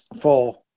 four